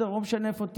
לא משנה איפה תהיה,